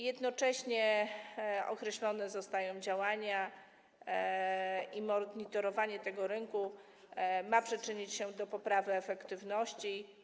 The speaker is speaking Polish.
Jednocześnie określone zostają działania i monitorowanie tego rynku ma przyczynić się do poprawy efektywności.